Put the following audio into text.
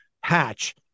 hatch